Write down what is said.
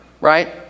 right